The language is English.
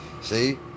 See